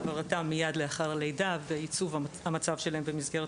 העברתם מיד לאחר הלידה וייצוב המצב שלהם במסגרת